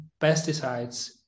pesticides